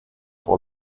pour